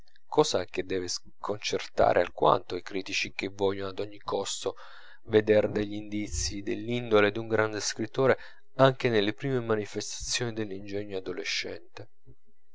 cosa che deve sconcertare alquanto i critici che vogliono ad ogni costo veder gl'indizii dell'indole d'un grande scrittore anche nelle prime manifestazioni dell'ingegno adolescente